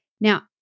Now